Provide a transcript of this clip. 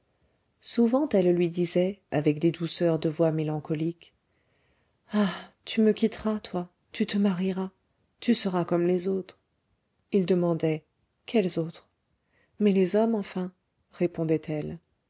souvent elle lui disait avec des douceurs de voix mélancolique ah tu me quitteras toi tu te marieras tu seras comme les autres il demandait quels autres mais les hommes enfin répondait-elle